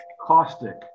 caustic